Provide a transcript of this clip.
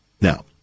Now